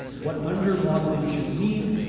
what under-modeling should mean?